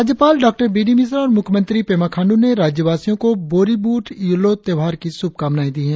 राज्यपाल Dr B D Mishra और मुख्यमंत्री पेमा खांड् ने राज्यवासियों को बोरीबूट यूल्लो त्योहार की शुभकामनाएं दी है